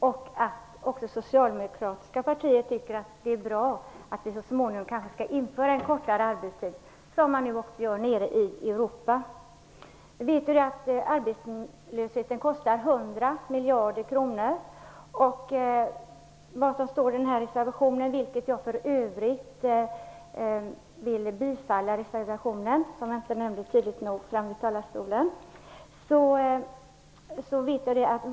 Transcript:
Vi tycker också att det är bra att det socialdemokratiska partiet är positivt till att kanske så småningom en kortare arbetstid införs, såsom nu sker ute i Europa. Jag yrkar bifall till reservationen. Som bekant kostar arbetslösheten 100 miljarder kronor.